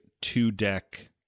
two-deck